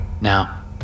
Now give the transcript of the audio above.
Now